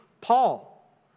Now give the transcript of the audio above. Paul